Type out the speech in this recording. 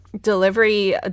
delivery